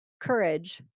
courage